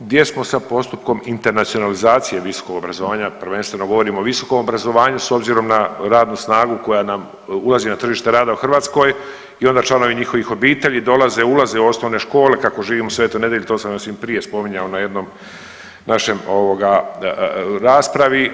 Gdje smo sa postupkom internacionalizacije visokog obrazovanja prvenstveno govorim o visokom obrazovanju s obzirom na radnu snagu koja nam ulazi na tržite rada u Hrvatskoj i onda članovi njihovih obitelji dolaze, ulaze u osnovne škole kako živim u Svetoj Nedjelji to sam mislim prije spominjao na jednom našem ovoga raspravi.